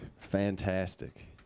fantastic